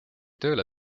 tööle